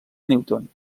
newton